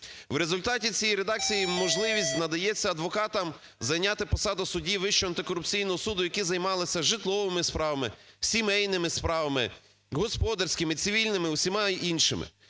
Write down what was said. В результаті цієї редакції можливість надається адвокатам зайняти посаду судді Вищого антикорупційного суду, які займалися житловими справами, сімейними справами, господарськими, цивільними, всіма іншими.